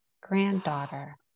granddaughter